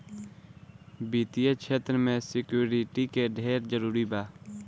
वित्तीय क्षेत्र में सिक्योरिटी के ढेरे जरूरी बा